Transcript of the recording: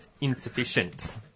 insufficient